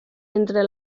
entre